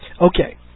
Okay